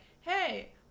hey